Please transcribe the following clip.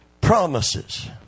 promises